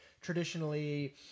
traditionally